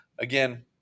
Again